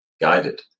guided